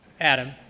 Adam